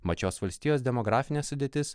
mat šios valstijos demografinė sudėtis